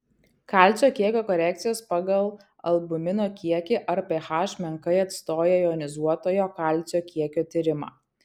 kalcio kiekio korekcijos pagal albumino kiekį ar ph menkai atstoja jonizuotojo kalcio kiekio tyrimą